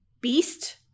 beast